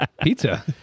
pizza